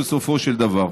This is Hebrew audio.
בסופו של דבר.